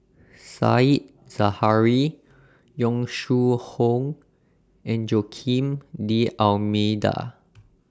Said Zahari Yong Shu Hoong and Joaquim D'almeida